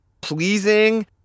pleasing